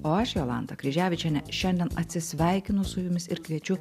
o aš jolanta kryževičienė šiandien atsisveikinu su jumis ir kviečiu